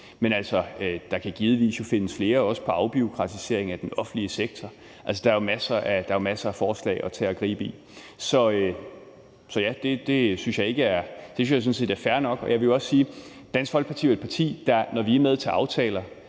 Men der kan jo givetvis findes flere, også ved afbureaukratisering af den offentlige sektor. Der er jo masser af forslag at tage og gribe i. Det synes jeg sådan set er fair nok. Jeg vil også sige, at Dansk Folkeparti jo er et parti, der, når vi er med i aftaler,